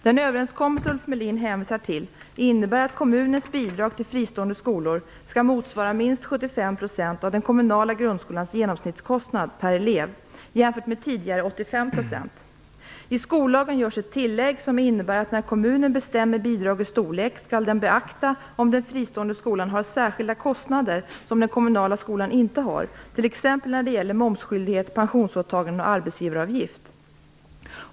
Den överenskommelse som Ulf Melin hänvisar till innebär att kommunens bidrag till fristående skolor skall motsvara minst 75 % av den kommunala grundskolans genomsnittskostnad per elev, jämfört med tidigare 85 %. I skollagen görs ett tillägg som innebär att när kommunen bestämmer bidragets storlek skall den beakta om den fristående skolan har särskilda kostnader som den kommunala skolan inte har, t.ex. när det gäller momsskyldighet, pensionsåtaganden och arbetsgivaravgift.